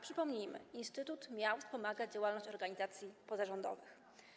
Przypomnijmy, że instytut miał wspomagać działalność organizacji pozarządowych.